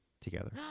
together